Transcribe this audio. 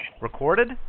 Recorded